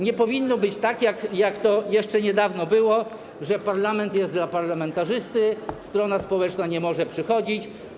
Nie powinno być tak, jak to jeszcze niedawno było, że parlament jest dla parlamentarzysty, strona społeczna nie może przychodzić.